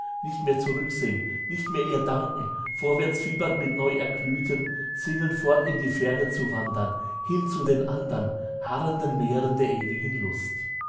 nicht mehr zurücksehn nicht mehr ihr danken vorwärtsfiebernd mit neuerglühten sinnen fort in die ferne zu wandern hin zu den andern harrenden meeren der ewigen lust